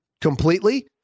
completely